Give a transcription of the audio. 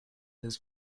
his